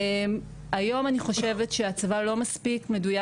היום אני חושבת שהצבא לא מספיק מדויק